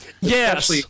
Yes